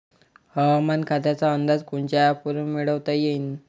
हवामान खात्याचा अंदाज कोनच्या ॲपवरुन मिळवता येईन?